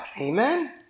Amen